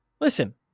listen